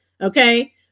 okay